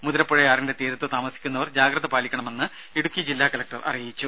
മുതിരപ്പുഴയാറിന്റെ തീരത്ത് താമസിക്കുന്നവർ ജാഗ്രത പാലിക്കണമെന്ന് ജില്ലാ കളക്ടർ അറിയിച്ചു